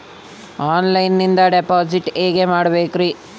ಆನ್ಲೈನಿಂದ ಡಿಪಾಸಿಟ್ ಹೇಗೆ ಮಾಡಬೇಕ್ರಿ?